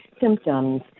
symptoms